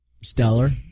stellar